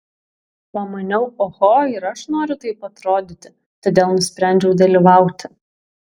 pamaniau oho ir aš noriu taip atrodyti todėl nusprendžiau dalyvauti